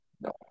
No